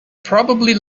probably